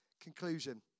Conclusion